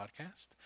Podcast